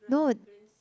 no